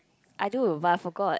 I do but I forgot